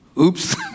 Oops